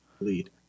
lead